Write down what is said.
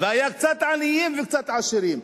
והיו קצת עניים וקצת עשירים.